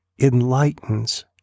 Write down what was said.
enlightens